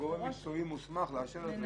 גורם מקצועי מוסמך לאשר את זה.